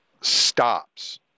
stops